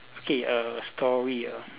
okay err story uh